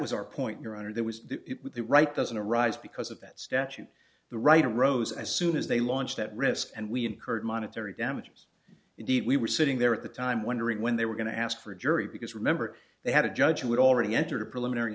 was our point your honor there was a right doesn't arise because of that statute the right rose as soon as they launched at risk and we incurred monetary damages indeed we were sitting there at the time wondering when they were going to ask for a jury because remember they had a judge who would already entered a preliminary